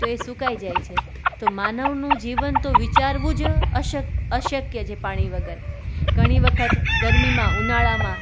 તો એ સુકાય જાય છે તો માનવનું જીવન તો વિચારવું જ અશક અશક્ય છે પાણી વગર ઘણી વખત ગરમીમાં ઉનાળામાં